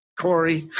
Corey